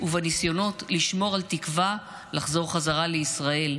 ובניסיונות לשמור על תקווה לחזור חזרה לישראל,